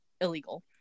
illegal